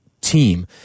team